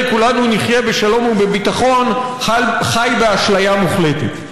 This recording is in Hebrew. כולנו נחיה בשלום ובביטחון חי באשליה מוחלטת.